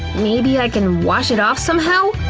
maybe i can wash it off somehow.